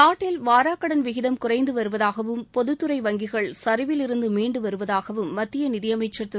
நாட்டில் வாராக்கடன் விகிதம் குறைந்து வருவதாகவும் பொதுத்துறை வங்கிகள் சரிவிலிருந்து மீண்டு வருவதாகவும் மத்திய நிதியமைச்சர் திரு